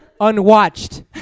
unwatched